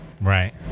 Right